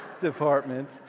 Department